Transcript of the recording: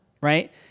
right